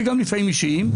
וגם לפעמים אישיים,